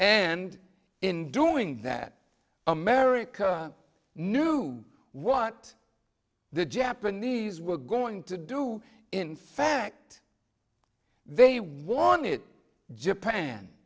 and in doing that america knew what the japanese were going to do in fact they wanted japan